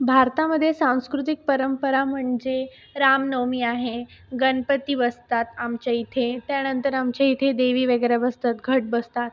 भारतामध्ये सांस्कृतिक परंपरा म्हणजे रामनवमी आहे गणपती बसतात आमच्या इथे त्यानंतर आमच्या इथे देवी वगैरे बसतात घट बसतात